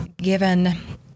given